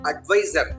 advisor